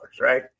right